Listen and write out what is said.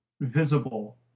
visible